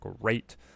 great